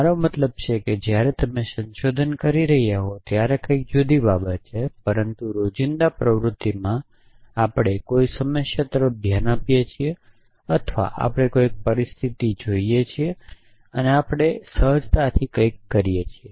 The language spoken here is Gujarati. મારો મતલબ છે કે જ્યારે તમે સંશોધન કરી રહ્યા હોવ ત્યારે કંઇક જુદી બાબત છે પરંતુ રોજિંદા પ્રવૃત્તિમાં આપણે કોઈ સમસ્યા તરફ ધ્યાન આપીએ છીએ અથવા આપણે કોઈ પરિસ્થિતિ જોઇએ છીએ અને આપણે સહજતાથી કંઇક કરીએ છીએ